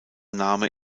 name